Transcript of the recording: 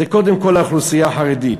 זה קודם כול האוכלוסייה החרדית.